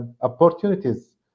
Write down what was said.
opportunities